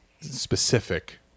specific